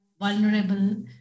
vulnerable